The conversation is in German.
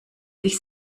sich